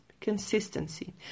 consistency